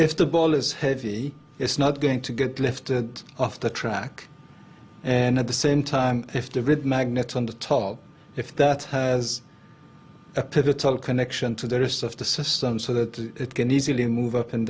if the ball is heavy it's not going to get lifted off the track and at the same time if the red magnet on the top if that has a pivotal connection to the rest of the system so that it can easily move up and